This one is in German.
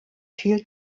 viel